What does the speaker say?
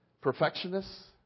Perfectionists